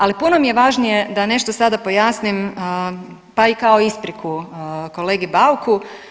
Ali puno mi je važnije da nešto sada pojasnim, pa i kao ispriku kolegi Bauku.